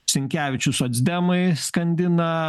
sinkevičius socdemai skandina